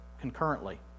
concurrently